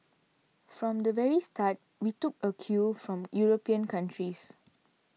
from the very start we took a cue from European countries